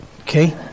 Okay